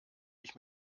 ich